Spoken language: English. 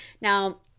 Now